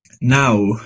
Now